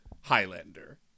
Highlander